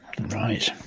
Right